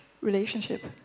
relationship